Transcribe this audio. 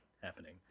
happening